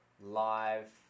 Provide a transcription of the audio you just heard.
live